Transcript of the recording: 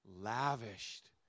lavished